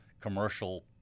commercial